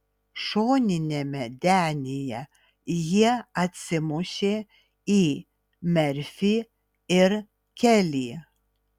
šoniniame denyje jie atsimušė į merfį ir kelį